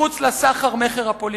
מחוץ לסחר-מכר הפוליטי.